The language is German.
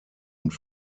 und